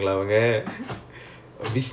business இல்லே இருக்க:illae irukka